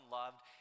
loved